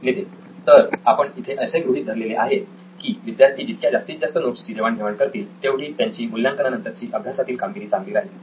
नितीन तर आपण इथे असे गृहीत धरलेले आहे की विद्यार्थी जितक्या जास्तीत जास्त नोट्सची देवाण घेवाण करतील तेवढी त्यांची मूल्यांकनानंतरची अभ्यासातील कामगिरी चांगली राहिल